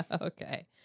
okay